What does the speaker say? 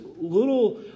little